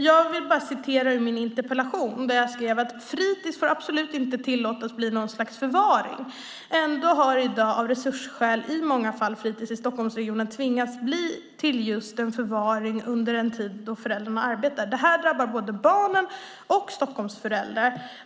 Jag läser ur min interpellation: "Fritids får absolut inte tillåtas bli något slags förvaring. Ändå har i dag av resursskäl i många fall fritids i Stockholmsregionen tvingats bli till just en förvaring under den tid föräldrarna arbetar. Det här drabbar både barnen och många Stockholmsföräldrar.